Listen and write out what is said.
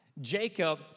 Jacob